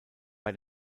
bei